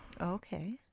Okay